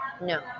no